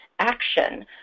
action